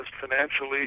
financially